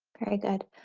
very good.